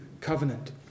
covenant